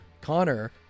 Connor